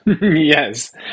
Yes